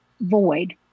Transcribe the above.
void